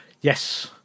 Yes